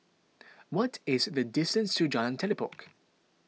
what is the distance to Jalan Telipok